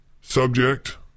subject